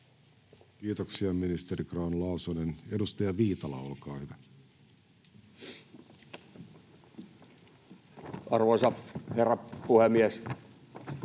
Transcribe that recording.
Kiitoksia, ministeri Grahn-Laasonen. — Edustaja Viitala, olkaa hyvä. [Speech 103] Speaker: